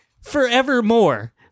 forevermore